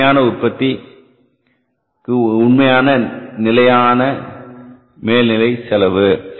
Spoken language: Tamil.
இது உண்மையான உற்பத்தி உண்மையான நிலையான மேல் நிலை செலவு